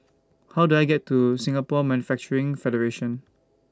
How Do I get to Singapore Manufacturing Federation